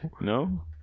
No